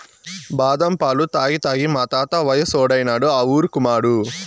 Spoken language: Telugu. బాదం పాలు తాగి తాగి మా తాత వయసోడైనాడు ఆ ఊరుకుమాడు